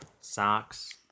socks